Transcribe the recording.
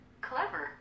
Clever